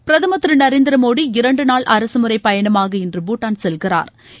பிரதமர் திரு நரேந்திர மோடி இரண்டு நாள் அரசுமுறைப் பயணமாக இன்று பூட்டான் செல்கிறாா்